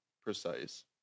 precise